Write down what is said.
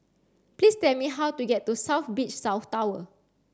please tell me how to get to South Beach South Tower